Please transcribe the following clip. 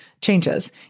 changes